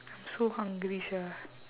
I'm so hungry sia